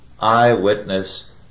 Eyewitness